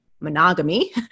Monogamy